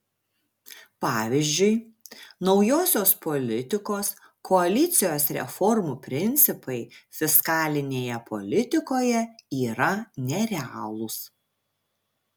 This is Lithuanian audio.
pavyzdžiui naujosios politikos koalicijos reformų principai fiskalinėje politikoje yra nerealūs